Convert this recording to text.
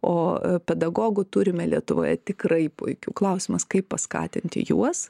o pedagogų turime lietuvoje tikrai puikių klausimas kaip paskatinti juos